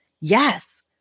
Yes